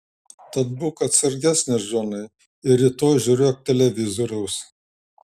tad būk atsargesnis džonai ir rytoj žiūrėk televizoriaus